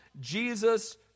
Jesus